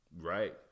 Right